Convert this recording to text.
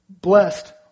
Blessed